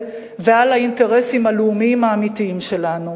ועל האינטרסים הלאומיים האמיתיים שלנו.